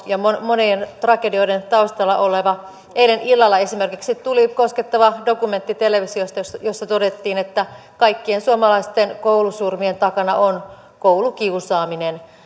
ja monien tragedioiden taustalla oleva ongelma esimerkiksi eilen illalla tuli televisiosta koskettava dokumentti jossa todettiin että kaikkien suomalaisten koulusurmien takana on koulukiusaaminen